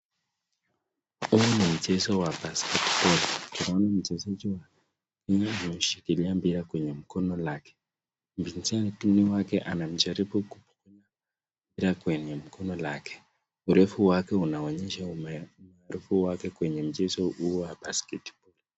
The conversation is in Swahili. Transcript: Huyu ni mchezaji wa basketball . Yeye ni mchezaji wa kiume, ameshikilia mpira kwenye mkono lake. Mpinzani wake anamjaribu kupokonya mpira kwenye mkono lake. Urefu wake unaonyesha umaarufu wake kwenye mchezo huo wa basketball .